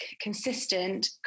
consistent